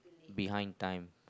behind time